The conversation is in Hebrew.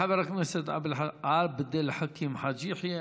תודה לחבר הכנסת עבד אל חכים חאג' יחיא.